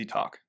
Talk